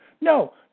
no